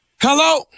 Hello